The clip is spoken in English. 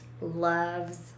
loves